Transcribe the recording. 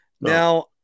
Now